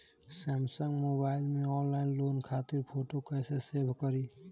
Samsung mobile में online loan खातिर photo कैसे सेभ करीं?